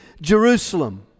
Jerusalem